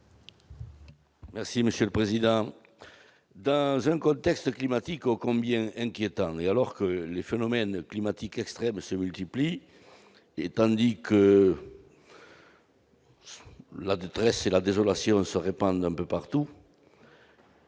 explication de vote. Dans un contexte climatique ô combien inquiétant, alors que les phénomènes climatiques extrêmes se multiplient, tandis que la détresse et la désolation se répandent un peu partout,